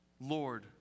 Lord